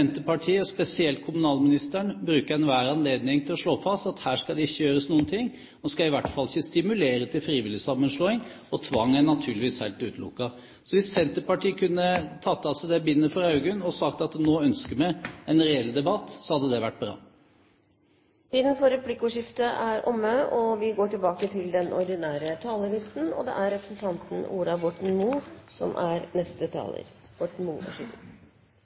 spesielt kommunalministeren, bruker enhver anledning til å slå fast at her skal det ikke gjøres noen ting, man skal i hvert fall ikke stimulere til frivillig sammenslåing, og tvang er naturligvis helt utelukket. Hvis Senterpartiet kunne tatt av seg det bindet for øyene og sagt at nå ønsker vi en reell debatt, hadde det vært bra. Replikkordskiftet er omme. La meg begynne med å si at regjeringen og Stortinget har lagt om inntektssystemet til norske kommuner i år. Det